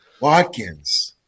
watkins